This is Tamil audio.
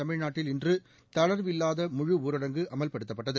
தமிழ்நாட்டில் இன்று தளர்வு இல்லாத முழு ஊரடங்கு அமல்படுத்தப்பட்டது